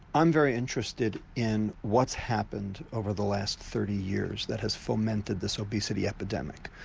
i'm very interested in what's happened over the last thirty years that has fomented this obesity epidemic.